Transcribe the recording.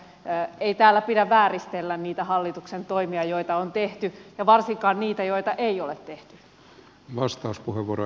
ei täällä pidä vääristellä niitä hallituksen toimia joita on tehty ja varsinkaan niitä joita ei ole tehty